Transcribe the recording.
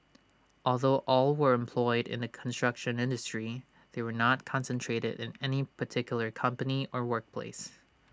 although all were employed in the construction industry they were not concentrated in any particular company or workplace